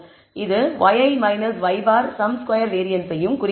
இது yi y̅ sum square வேரியன்ஸையும் குறிக்கிறது